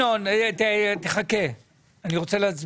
בינתיים, אתה עוד לא יודע מי זה יהיה.